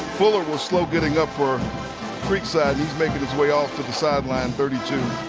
fuller was slow getting up for creekside. he's making his way off to the sideline, thirty two.